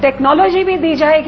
technology भी दी जाएगी